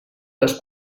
les